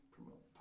Promote